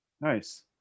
Nice